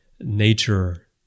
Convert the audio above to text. nature